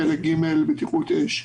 חלק ג' (בטיחות אש)?